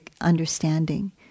understanding